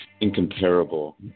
Incomparable